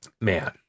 man